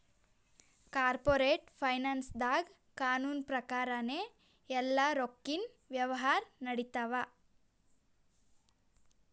corporate ಫೈನಾನ್ಸ್ದಾಗ್ ಕಾನೂನ್ ಪ್ರಕಾರನೇ ಎಲ್ಲಾ ರೊಕ್ಕಿನ್ ವ್ಯವಹಾರ್ ನಡಿತ್ತವ